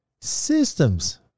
Systems